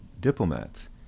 diplomats